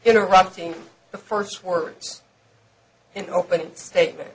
interrupting the first words in opening statement